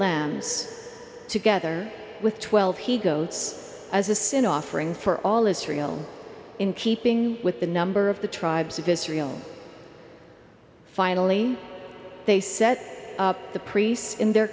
lambs together with twelve he goes as a sin offering for all is in keeping with the number of the tribes of israel finally they set up the priests in their